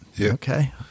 Okay